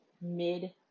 Mid